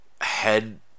head